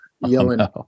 yelling